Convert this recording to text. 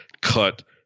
cut